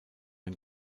ein